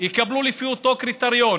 יקבלו לפי אותו קריטריון,